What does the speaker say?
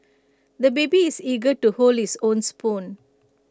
the baby is eager to hold his own spoon